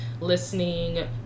listening